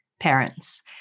Parents